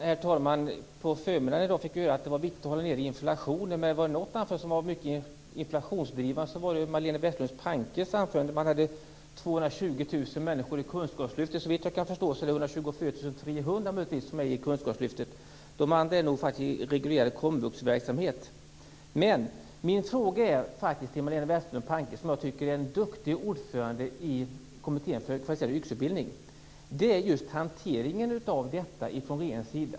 Herr talman! På förmiddagen i dag fick vi höra att det var viktigt att hålla nere inflationen. Men var det något anförande som var inflationsdrivande så var det Majléne Westerlund Pankes anförande. Hon sade att det var 220 000 människor inom kunskapslyftet. Såvitt jag kan förstå rör det sig om 124 300 människor. Resten är nog i reguljär komvuxverksamhet. Jag har en fråga till Majléne Westerlund Panke, som är en duktig ordförande i Kommittén för kvalificerad yrkesutbildning. Min fråga gäller er hantering av detta.